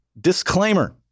disclaimer